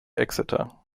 exeter